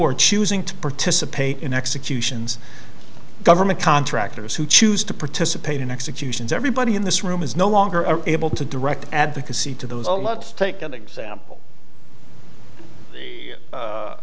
are choosing to participate in executions government contractors who choose to participate in executions everybody in this room is no longer able to direct advocacy to those oh let's take an example